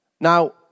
Now